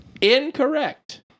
Incorrect